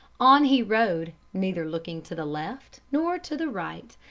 on he rode, neither looking to the left nor to the right,